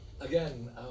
Again